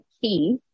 key